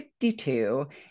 52